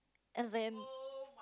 and then